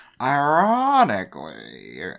Ironically